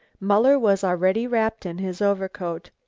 muller was already wrapped in his overcoat.